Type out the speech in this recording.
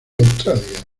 australia